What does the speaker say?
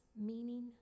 meaning